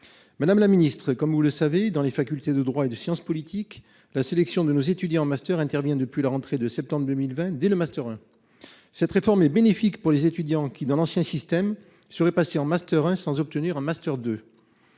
Madame la ministre, comme vous le savez, dans les facultés de droit et de sciences politiques, la sélection de nos étudiants en master intervient, depuis la rentrée de septembre 2020, dès le master 1. Cette réforme est bénéfique pour les étudiants qui, dans l'ancien système, seraient passés en master 1 sans obtenir un master 2.